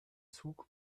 zug